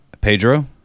Pedro